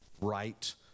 right